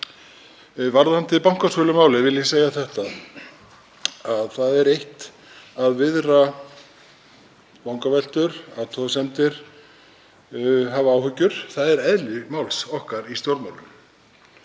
Varðandi bankasölumálið vil ég segja þetta: Það er eitt að viðra vangaveltur, athugasemdir, hafa áhyggjur. Það er eðli máls okkar í stjórnmálum.